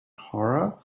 horror